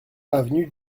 avenue